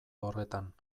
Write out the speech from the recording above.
horretan